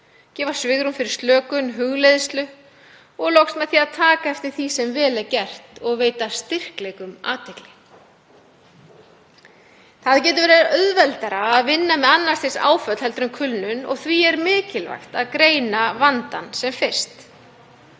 gefa svigrúm fyrir slökun og hugleiðslu og loks með því að taka eftir því sem vel er gert og veita styrkleikum athygli. Það getur verið auðveldara að vinna með annars stigs áföll heldur en kulnun og því er mikilvægt að greina vandann sem fyrst.